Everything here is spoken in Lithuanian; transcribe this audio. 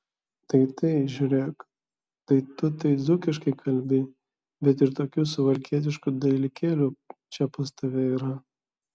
tai tai žiūrėk tai tu tai dzūkiškai kalbi bet ir tokių suvalkietiškų dalykėlių čia pas tave yra